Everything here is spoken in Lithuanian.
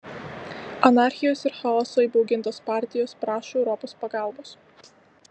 anarchijos ir chaoso įbaugintos partijos prašo europos pagalbos